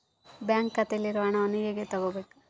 Bank ಖಾತೆಯಲ್ಲಿರುವ ಹಣವನ್ನು ಹೇಗೆ ತಗೋಬೇಕು?